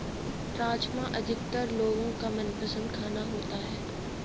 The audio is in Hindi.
राजमा अधिकतर लोगो का मनपसंद खाना होता है